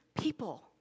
people